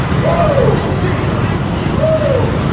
oh jesus woo